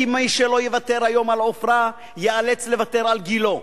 כי מי שלא יוותר היום על עופרה ייאלץ לוותר על גילה,